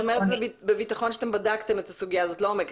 את אומרת בביטחון שאתם בדקתם את הסוגיה הזאת לעומק.